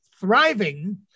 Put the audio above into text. thriving